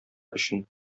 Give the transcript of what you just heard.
өчен